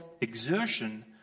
exertion